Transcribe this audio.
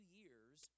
years